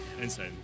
insane